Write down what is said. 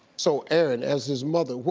so, erin, as his mother,